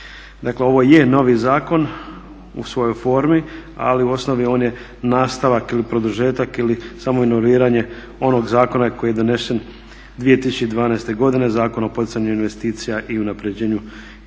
Dakle ovo je novi zakon u svojoj formi ali u osnovi on je nastavak ili produžetak ili samo involviranje onog zakona koji je donesen 2012.godine Zakon o poticanju investicija i unaprjeđenju investicijskog